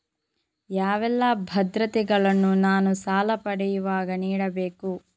ಯಾವೆಲ್ಲ ಭದ್ರತೆಗಳನ್ನು ನಾನು ಸಾಲ ಪಡೆಯುವಾಗ ನೀಡಬೇಕು?